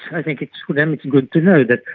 i think ah for them it's good to know that,